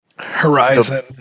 horizon